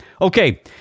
Okay